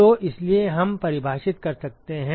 तो इसलिए हम परिभाषित कर सकते हैं